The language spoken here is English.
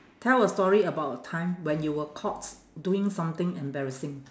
tell a story about a time when you were caught doing something embarrassing